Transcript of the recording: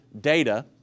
data